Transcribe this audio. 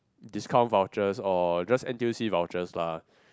discount vouchers or just N_T_U_C vouchers lah